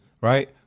right